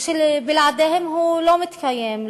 ושבלעדיהם הוא לא מתקיים,